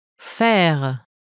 Faire